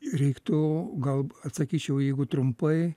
reiktų gal atsakyčiau jeigu trumpai